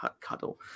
cuddle